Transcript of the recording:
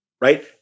right